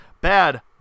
bad